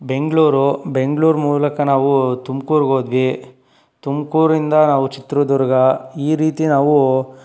ಬೆಂಗಳೂರು ಬೆಂಗಳೂರು ಮೂಲಕ ನಾವು ತುಮಕೂರಿಗೆ ಹೋದ್ವಿ ತುಮಕೂರಿಂದ ನಾವು ಚಿತ್ರದುರ್ಗ ಈ ರೀತಿ ನಾವು